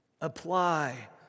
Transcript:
Apply